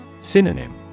Synonym